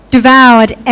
Devoured